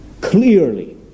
clearly